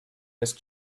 this